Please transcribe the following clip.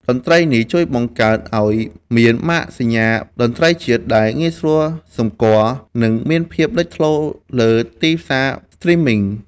តន្ត្រីនេះជួយបង្កើតឱ្យមាន ម៉ាកសញ្ញាតន្ត្រីជាតិ ដែលងាយស្រួលសម្គាល់ និងមានភាពលេចធ្លោលើទីផ្សារស្ទ្រីមមីង។